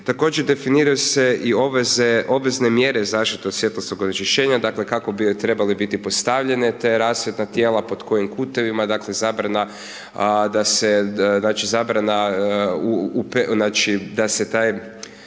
Također, definiraju se i obvezne mjere zaštite od svjetlosnog onečišćenja, dakle, kako bi joj trebale biti postavljene te rasvjetna tijela, pod kojim kutevima, dakle zabrana da se,